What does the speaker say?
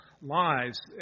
lives